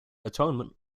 atonement